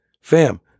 fam